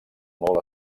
molt